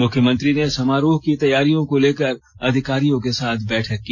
मुख्यमंत्री ने समारोह की तैयारियों को लेकर अधिकारियों के साथ बैठक की